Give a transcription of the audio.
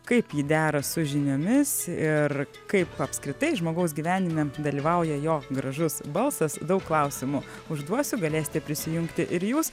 kaip ji dera su žiniomis ir kaip apskritai žmogaus gyvenime dalyvauja jo gražus balsas daug klausimų užduosiu galėsite prisijungti ir jūs